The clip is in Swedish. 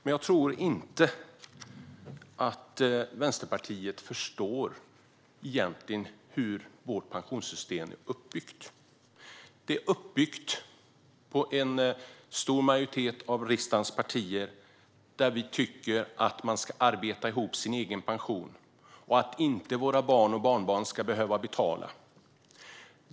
Men jag tror inte att Vänsterpartiet förstår hur vårt pensionssystem är uppbyggt. Det bygger på att en stor majoritet av riksdagens partier tycker att man ska arbeta ihop sin egen pension så att inte våra barn och barnbarn ska behöva betala.